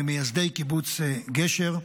ממייסדי קיבוץ גשר,